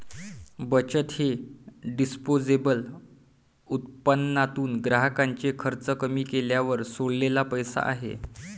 बचत हे डिस्पोजेबल उत्पन्नातून ग्राहकाचे खर्च कमी केल्यावर सोडलेला पैसा आहे